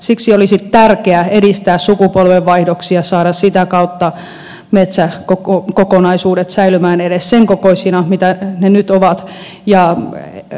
siksi olisi tärkeää edistää sukupolvenvaihdoksia saada sitä kautta metsäkokonaisuudet säilymään edes sen kokoisina mitä ne nyt ovat